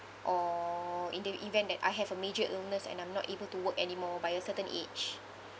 or in the event that I have a major illness and I'm not able to work anymore by a certain age